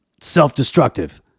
self-destructive